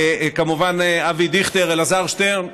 כמובן אבי דיכטר, אלעזר שטרן,